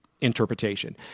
Interpretation